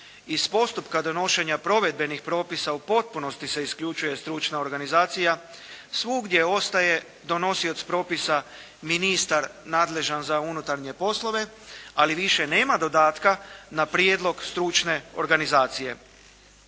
iz postupka donošenja provedbenih propisa u potpunosti se isključuje stručna organizacija. Svugdje ostaje donosioc propisa ministar nadležan za unutarnje poslove ali više nema dodatka na prijedlog stručne organizacije.